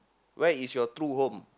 where is your true home